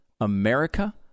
America